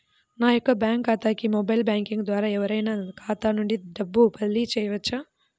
నా యొక్క బ్యాంక్ ఖాతాకి మొబైల్ బ్యాంకింగ్ ద్వారా ఎవరైనా ఖాతా నుండి డబ్బు బదిలీ చేయవచ్చా?